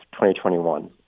2021